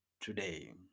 today